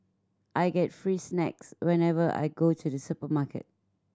I get free snacks whenever I go to the supermarket